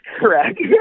correct